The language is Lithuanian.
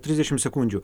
trisdešimt sekundžių